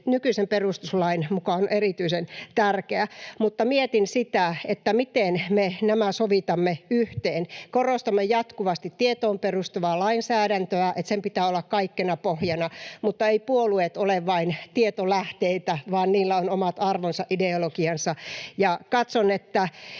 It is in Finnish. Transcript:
nykyisen perustuslain mukaan on erityisen tärkeä, mutta mietin sitä, miten me nämä sovitamme yhteen. Korostamme jatkuvasti tietoon perustuvaa lainsäädäntöä, sitä, että sen pitää olla kaikkena pohjana, mutta eivät puolueet ole vain tietolähteitä, vaan niillä on omat arvonsa, ideologiansa, ja katson, että